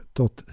tot